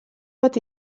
bat